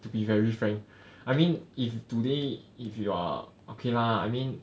be very frank I mean if you today if you are okay lah I mean